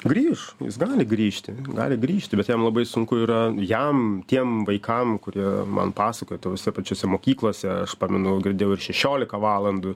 grįš jis gali grįžti gali grįžti bet jam labai sunku yra jam tiem vaikam kurie man pasakojo tose pačiose mokyklose aš pamenu girdėjau ir šešiolika valandų